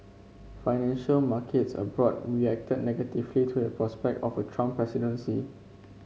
financial markets abroad reacted negatively to the prospect of a Trump presidency